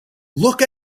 look